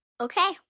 Okay